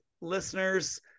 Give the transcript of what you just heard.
listeners